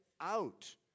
out